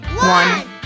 One